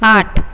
आठ